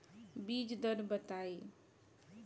बीज दर बताई?